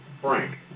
Frank